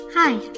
Hi